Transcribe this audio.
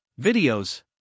videos